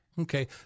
Okay